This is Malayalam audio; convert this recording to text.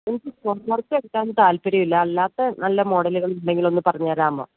എനിക്ക് സ്റ്റോൺ വർക്കെടുക്കാൻ താല്പര്യമില്ല അല്ലാത്ത നല്ല മോഡലുകൾ ഉണ്ടെങ്കിൽ ഒന്ന് പറഞ്ഞു തരാമോ